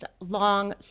long